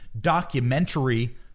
documentary